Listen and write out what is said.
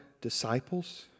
disciples